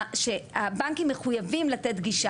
שהבנקים מחויבים לתת גישה,